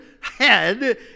head